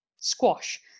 squash